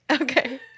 Okay